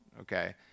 okay